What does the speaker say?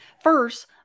First